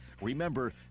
Remember